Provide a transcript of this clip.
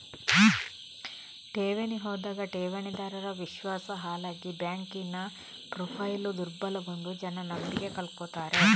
ಠೇವಣಿ ಹೋದಾಗ ಠೇವಣಿದಾರರ ವಿಶ್ವಾಸ ಹಾಳಾಗಿ ಬ್ಯಾಂಕಿನ ಪ್ರೊಫೈಲು ದುರ್ಬಲಗೊಂಡು ಜನ ನಂಬಿಕೆ ಕಳ್ಕೊತಾರೆ